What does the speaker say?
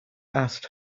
asked